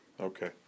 Okay